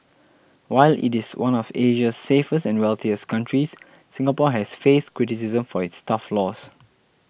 while it is one of Asia's safest and wealthiest countries Singapore has faced criticism for its tough laws